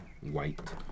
White